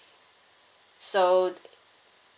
so